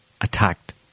attacked